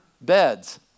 beds